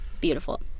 Beautiful